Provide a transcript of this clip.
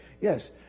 Yes